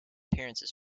appearances